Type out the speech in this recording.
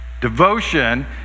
Devotion